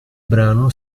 brano